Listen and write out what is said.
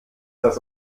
das